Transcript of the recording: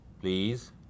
please